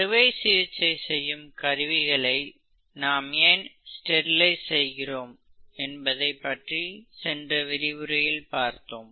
அறுவை சிகிச்சை செய்யும் கருவிகளை நாம் ஏன் ஸ்டெரிலைஸ் செய்கிறோம் என்பதை சென்ற விரிவுரையில் பார்த்தோம்